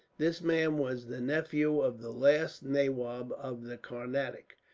this man was the nephew of the last nawab of the carnatic,